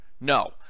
No